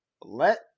let